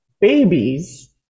babies